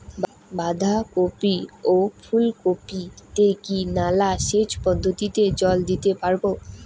বাধা কপি ও ফুল কপি তে কি নালা সেচ পদ্ধতিতে জল দিতে পারবো?